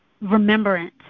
remembrance